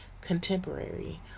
contemporary